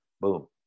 Boom